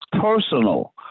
personal